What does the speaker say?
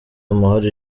amahoro